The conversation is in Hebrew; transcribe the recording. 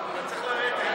אתה צריך לרדת.